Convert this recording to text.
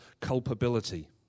culpability